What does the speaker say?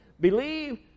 Believe